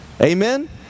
Amen